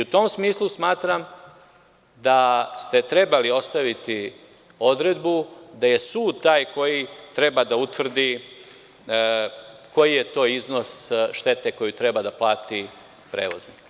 U tom smislu smatram da ste trebali ostaviti odredbu da je sud taj koji treba da utvrdi koji je to iznos štete koju treba da plati prevoznik.